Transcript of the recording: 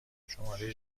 شماره